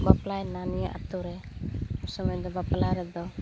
ᱵᱟᱯᱞᱟᱭᱱᱟ ᱱᱤᱭᱟᱹ ᱟᱹᱛᱩ ᱨᱮ ᱩᱱ ᱥᱚᱢᱚᱭ ᱫᱚ ᱵᱟᱯᱞᱟ ᱨᱮᱫᱚ